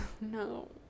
No